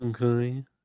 Okay